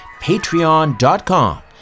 patreon.com